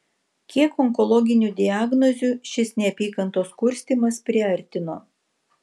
kiek onkologinių diagnozių šis neapykantos kurstymas priartino